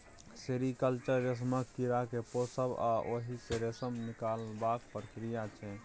sericulture रेशमक कीड़ा केँ पोसब आ ओहि सँ रेशम निकालबाक प्रक्रिया छै